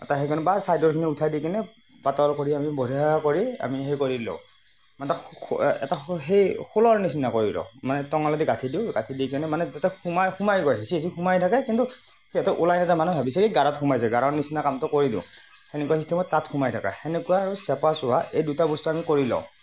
তাৰ সেইখিনি বা চাইডৰখিনি উঠাই দি কিনে পাতল কৰি আমি বঢ়িয়া কৰি আমি সেই কৰি লওঁ মানে তাক এটা সেই খোলৰ নিচিনা কৰি লওঁ মানে টঙালি দি গাঁঠি দিও গাঁঠি দি কিনে মানে যাতে সোমাই সোমাই গৈ হেঁচি হেঁচি সোমাই থাকে কিন্তু সিহঁতে ওলাই নাযায় মানে ভাবিছে কি গাৰাত সোমাইছে গাৰাৰ নিচিনা কামটো কৰি দিওঁ তেনেকুৱা হিচাপত তাত সোমাই থাকে তেনেকুৱা আৰু চেপা চোহা এই দুটা বস্তু আমি কৰি লওঁ